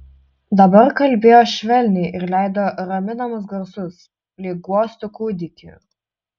dabar kalbėjo švelniai ir leido raminamus garsus lyg guostų kūdikį